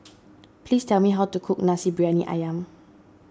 please tell me how to cook Nasi Briyani Ayam